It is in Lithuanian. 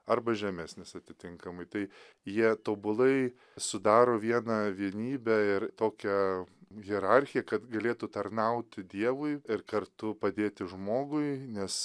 arba žemesnis atitinkamai tai jie tobulai sudaro vieną vienybę ir tokią hierarchiją kad galėtų tarnauti dievui ir kartu padėti žmogui nes